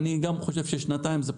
אני לא חושב שצריך שנתיים,